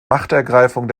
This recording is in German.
machtergreifung